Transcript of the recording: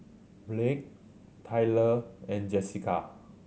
Blake Tyler and Jesica